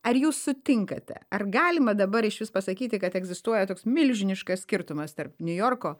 ar jūs sutinkate ar galima dabar išvis pasakyti kad egzistuoja toks milžiniškas skirtumas tarp niujorko